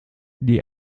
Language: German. die